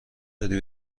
داری